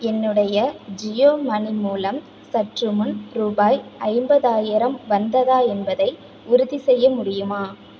என்னுடைய ஜியோமனி மூலம் சற்றுமுன் ரூபாய் ஐம்பதாயிரம் வந்ததா என்பதை உறுதிசெய்ய முடியுமா